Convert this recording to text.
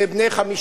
שהם בני 50,